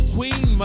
Queen